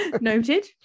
Noted